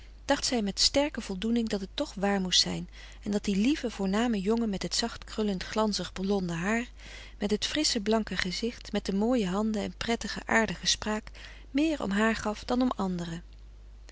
dacht zij met sterke voldoening dat het toch waar moest zijn en dat die lieve voorname jongen met het zacht krullend glanzig blonde haar met het frissche blanke gezicht met de mooie handen en prettige aardige spraak meer om haar gaf dan om anderen